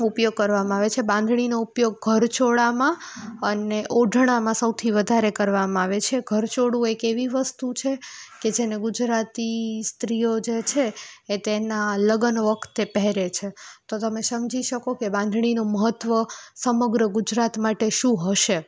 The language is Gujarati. ઉપયોગ કરવામાં આવે છે બાંધણીનો ઉપયોગ ઘરચોળામાં અને ઓઢણામાં સૌથી વધારે કરવામાં આવે છે ઘરચોળું એક એવી વસ્તુ છે કે જેને ગુજરાતી સ્ત્રીઓ જે છે એ તેના લગ્ન વખતે પહેરે છે તો તમે સમજી શકો કે બાંધણીનુ મહત્ત્વ સમગ્ર ગુજરાત માટે શું હશે